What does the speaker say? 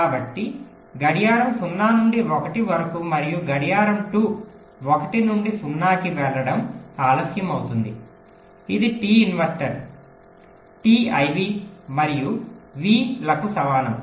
కాబట్టి గడియారం 0 నుండి 1 వరకు మరియు గడియారం 2 1 నుండి 0 కి వెళ్ళడం ఆలస్యం అవుతుంది ఇది టి ఇన్వర్టర్ టి ఐవి మరియు వి లకు సమానం